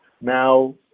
now